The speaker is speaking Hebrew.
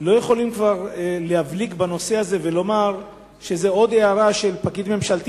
לא יכולים כבר להבליג בנושא הזה ולומר שזאת עוד הערה של פקיד ממשלתי